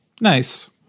Nice